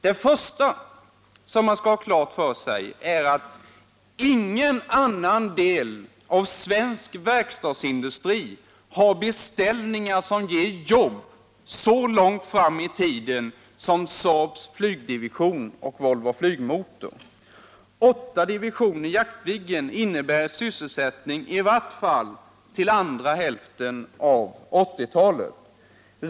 Det första som man skall ha klart för sig är att ingen annan del av svensk verkstadsindustri har beställningar som ger jobb så långt fram i tiden som Saab:s flygdivision och Volvo Flygmotor. Åtta divisioner Jaktviggen innebär i varje fall sysselsättning till andra hälften av 1980-talet.